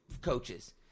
coaches